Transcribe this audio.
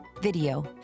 video